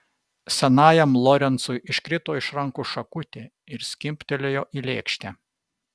senajam lorencui iškrito iš rankų šakutė ir skimbtelėjo į lėkštę